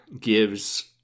gives